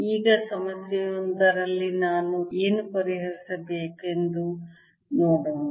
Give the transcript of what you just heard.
ಈಗ ಸಮಸ್ಯೆಯೊಂದರಲ್ಲಿ ನಾನು ಏನು ಪರಿಹರಿಸಬೇಕೆಂದು ನೋಡೋಣ